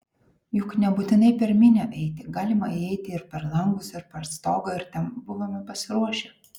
juk nebūtinai per minią eiti galima įeiti ir per langus ir per stogą ir tam buvome pasiruošę